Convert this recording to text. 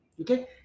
Okay